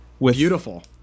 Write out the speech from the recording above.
Beautiful